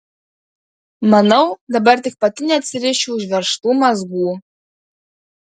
manau dabar tik pati neatsirišiu užveržtų mazgų